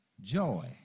joy